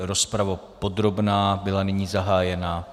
Rozprava podrobná byla nyní zahájena.